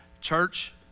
Church